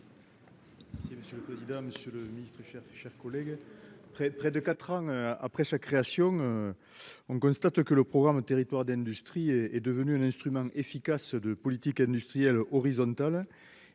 Merci monsieur le président, Monsieur le Ministre et cher, cher collègue. Près près de 4 ans après sa création, on constate que le programme territoires d'industrie et est devenu un instrument efficace de politique industrielle horizontal